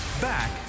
back